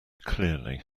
clearly